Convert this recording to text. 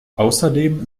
außerdem